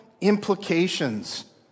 implications